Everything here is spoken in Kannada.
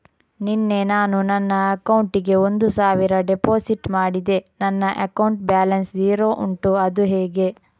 ನಿನ್ನೆ ನಾನು ನನ್ನ ಅಕೌಂಟಿಗೆ ಒಂದು ಸಾವಿರ ಡೆಪೋಸಿಟ್ ಮಾಡಿದೆ ನನ್ನ ಅಕೌಂಟ್ ಬ್ಯಾಲೆನ್ಸ್ ಝೀರೋ ಉಂಟು ಅದು ಹೇಗೆ?